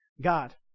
God